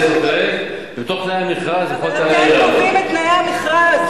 רשות לחברה הפרטית, לכל העובדים האלה.